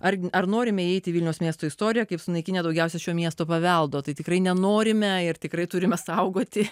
ar norime eiti į vilniaus miesto istoriją kaip sunaikinę daugiausiai šio miesto paveldo tai tikrai nenorime ir tikrai turime saugoti